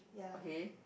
okay